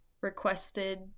requested